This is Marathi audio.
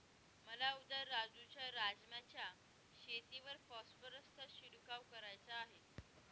मला उद्या राजू च्या राजमा च्या शेतीवर फॉस्फरसचा शिडकाव करायचा आहे